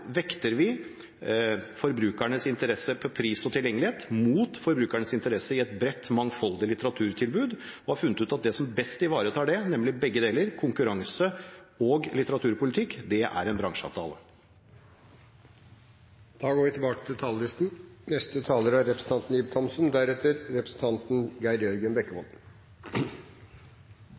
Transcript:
vekter vi forbrukernes interesse for pris og tilgjengelighet mot forbrukernes interesse for et bredt og mangfoldig litteraturtilbud. Vi har funnet ut at det som best ivaretar dette, er begge deler, nemlig konkurranse og litteraturpolitikk. Det er en bransjeavtale. Replikkordskiftet er omme. Hva er viktig for oss i Stortinget? Hva er